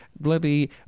bloody